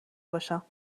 باشم